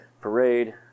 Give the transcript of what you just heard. parade